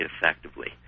effectively